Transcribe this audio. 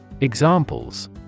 Examples